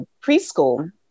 preschool